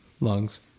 Lungs